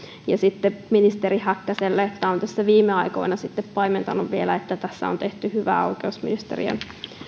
ja sitten kiitos ministeri häkkäselle joka on tässä viime aikoina paimentanut vielä että tässä on tehty hyvää oikeusministeriön